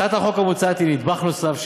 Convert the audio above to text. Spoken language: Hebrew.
הצעת החוק המוצעת היא נדבך נוסף,